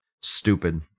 Stupid